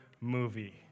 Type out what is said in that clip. movie